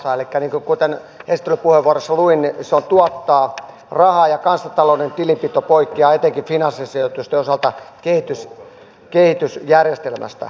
elikkä kuten esittelypuheenvuorossa luin se tuottaa rahaa ja kansantalouden tilinpito poikkeaa etenkin finanssisijoitusten osalta kehitysjärjestelmästä